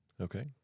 Okay